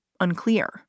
unclear